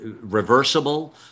reversible